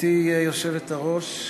גברתי היושבת-ראש,